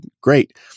great